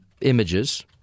images